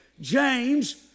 James